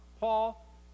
Paul